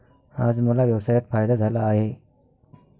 आज मला व्यवसायात फायदा झाला आहे